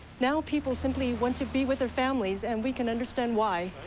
now people simply wa to be with their families and we can understand why.